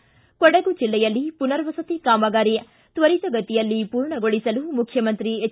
ಿ ಕೊಡಗು ಜಿಲ್ಲೆಯಲ್ಲಿ ಪುನರ್ವಸತಿ ಕಾಮಗಾರಿ ತ್ವರಿತಗತಿಯಲ್ಲಿ ಪೂರ್ಣಗೊಳಿಸಲು ಮುಖ್ಯಮಂತ್ರಿ ಎಚ್